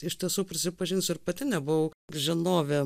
iš tiesų prisipažinsiu ir pati nebuvau žinovė